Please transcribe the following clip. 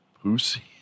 Pussy